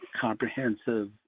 comprehensive